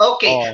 Okay